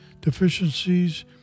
deficiencies